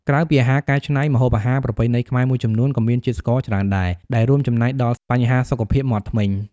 ក្រៅពីអាហារកែច្នៃ ម្ហូបអាហារប្រពៃណីខ្មែរមួយចំនួនក៏មានជាតិស្ករច្រើនដែរ ដែលរួមចំណែកដល់បញ្ហាសុខភាពមាត់ធ្មេញ។